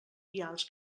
vials